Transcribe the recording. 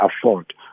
afford